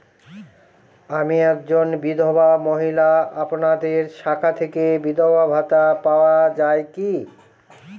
আমি একজন বিধবা মহিলা আপনাদের শাখা থেকে বিধবা ভাতা পাওয়া যায় কি?